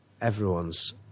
everyone's